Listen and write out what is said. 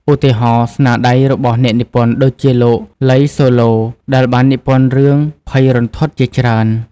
ឧទាហរណ៍ ស្នាដៃរបស់អ្នកនិពន្ធដូចជាលោក ឡី សូឡូ ដែលបាននិពន្ធរឿងភ័យរន្ធត់ជាច្រើន។